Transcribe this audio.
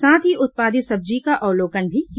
साथ ही उत्पादित सब्जी का अवलोकन भी किया